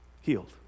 healed